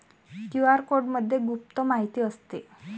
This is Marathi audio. क्यू.आर कोडमध्ये गुप्त माहिती असते